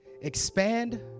Expand